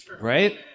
right